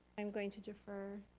i'm going to defer,